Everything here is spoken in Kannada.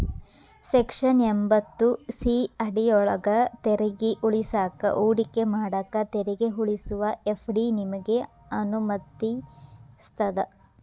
ಸೆಕ್ಷನ್ ಎಂಭತ್ತು ಸಿ ಅಡಿಯೊಳ್ಗ ತೆರಿಗೆ ಉಳಿಸಾಕ ಹೂಡಿಕೆ ಮಾಡಾಕ ತೆರಿಗೆ ಉಳಿಸುವ ಎಫ್.ಡಿ ನಿಮಗೆ ಅನುಮತಿಸ್ತದ